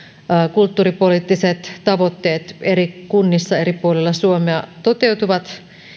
kulttuuripoliittiset tavoitteet eri kunnissa eri puolilla suomea toteutuvat